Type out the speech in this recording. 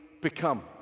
become